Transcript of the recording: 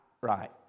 right